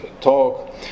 talk